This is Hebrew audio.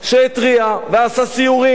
שהתריע, ועשה סיורים,